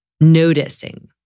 noticing